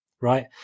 right